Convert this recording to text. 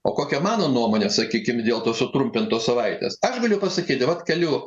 o kokia mano nuomonė sakykim dėl tos sutrumpintos savaitės aš galiu pasakyt vat keliu